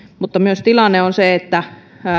mutta myös tilanne on se että